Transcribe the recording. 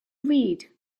read